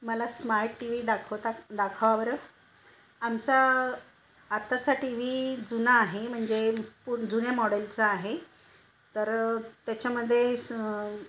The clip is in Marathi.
मला स्मार्ट टी व्ही दाखवता दाखवा बरं आमचा आत्ताचा टी व्ही जुना आहे म्हणजे पु जुन्या मॉडेलचा आहे तर त्याच्यामध्ये स